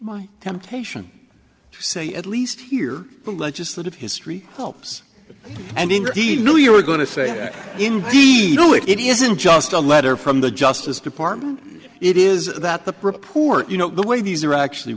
my temptation to say at least here the legislative history helps and indeed knew you were going to say ok indeed no it isn't just a letter from the justice department it is that the report you know the way these are actually